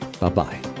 Bye-bye